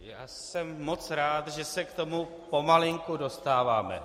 Já jsem moc rád, že se k tomu pomalinku dostáváme.